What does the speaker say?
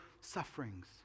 sufferings